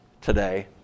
today